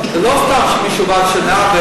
זה לא סתם שמישהו בעד שנה,